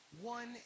one